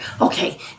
Okay